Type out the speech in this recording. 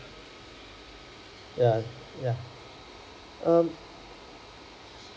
ya ya um